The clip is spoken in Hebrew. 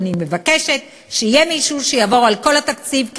ואני מבקשת שיהיה מישהו שיעבור על כל התקציב,